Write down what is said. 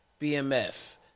BMF